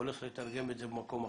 ללכת להם למקום אחר.